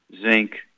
zinc